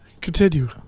Continue